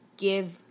give